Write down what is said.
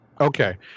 okay